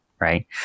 right